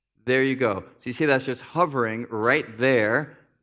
there you go. so you see, that's just hovering right there,